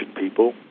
people